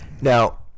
Now